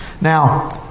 Now